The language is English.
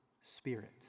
Spirit